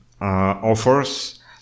offers